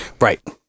right